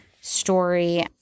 story